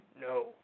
No